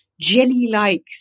jelly-like